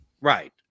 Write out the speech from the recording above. Right